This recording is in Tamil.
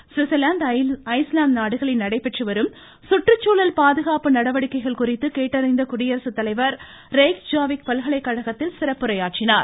ஸ்விட்சர்லாந்து ஐஸ்லாந்து நாடுகளில் நடைபெற்று வரும் சுற்றுச்சூழல் பாதுகாப்பு நடவடிக்கைகள் குறித்து கேட்டறிந்த குடியரசுத்தலைவர் ரெய்க் ஜாவிக் பல்கலைக் கழகத்தில் சிறப்புரையாற்றினார்